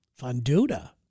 Fonduta